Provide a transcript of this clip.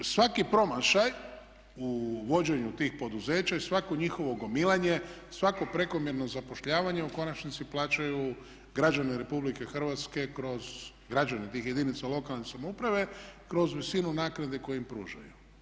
Svaki promašaj u vođenju tih poduzeća i svako njihovo gomilanje, svako prekomjerno zapošljavanje u konačnici plaćaju građani Republike Hrvatske kroz, građani tih jedinica lokalne samouprave kroz visinu naknade koju im pružaju.